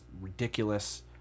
ridiculous